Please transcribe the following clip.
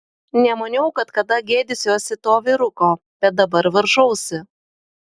nemaniau kad kada gėdysiuosi to vyruko bet dabar varžausi